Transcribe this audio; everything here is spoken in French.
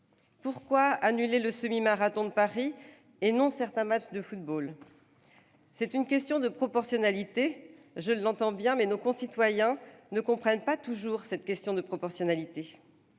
pourquoi annuler le semi-marathon de Paris et non certains matchs de football ? C'est une question de proportionnalité, je l'entends bien, mais nos concitoyens ne le comprennent pas toujours. Chaque Français